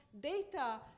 data